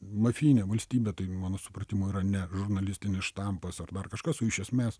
mafijinė valstybė tai mano supratimu yra ne žurnalistinis štampas ar dar kažkas o iš esmės